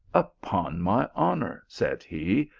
upon my honour, said he,